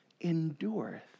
endureth